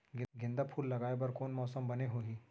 गेंदा फूल लगाए बर कोन मौसम बने होही?